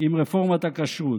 עם רפורמת הכשרות.